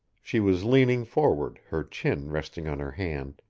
she was leaning forward, her chin resting on her hand,